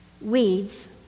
Weeds